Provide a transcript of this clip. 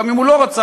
גם אם הוא לא רצה,